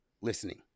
listening